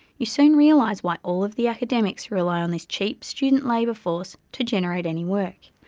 you soon realize why all of the academics rely on this cheap student labour force to generate any work.